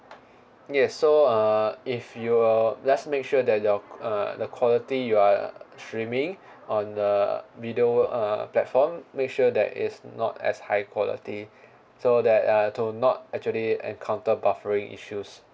yes so uh if you uh let's make sure that your uh the quality you are streaming on the video uh platform make sure that it's not as high quality so that uh to not actually encounter buffering issues